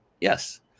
Yes